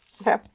Okay